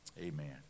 Amen